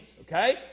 okay